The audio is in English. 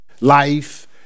life